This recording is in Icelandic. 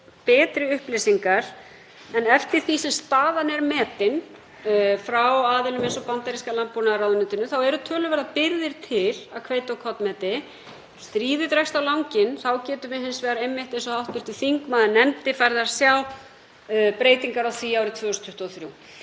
betri upplýsingar. En eftir því sem staðan er metin, frá aðilum eins og bandaríska landbúnaðarráðuneytinu, eru töluverðar birgðir til af hveiti- og kornmeti. Ef stríðið dregst á langinn getum við hins vegar einmitt, eins og hv. þingmaður nefndi, farið að sjá breytingar á því árið 2023.